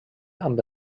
amb